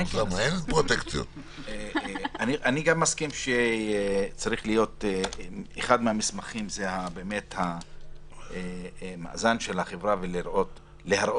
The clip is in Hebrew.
אני גם מסכים שאחד המסמכים צריך להיות המאזן של החברה ולהראות